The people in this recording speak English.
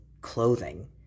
clothing